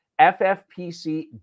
FFPC